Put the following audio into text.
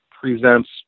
presents